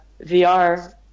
VR